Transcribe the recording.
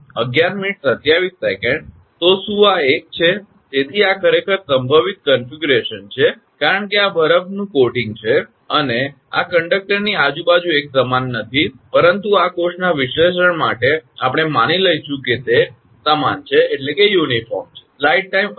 તો શું આ એક છે તેથી આ ખરેખર સંભવિત રૂપરેખાંકન છે કારણ કે આ બરફનું કોટિંગ છે અને આ કંડક્ટરની આજુબાજુ સમાન નથી પરંતુ આ કોર્સના વિશ્લેષણ માટે આપણે માની લઈશું કે તે સમાન છે